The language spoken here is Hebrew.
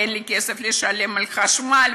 אין לי כסף לשלם על חשמל,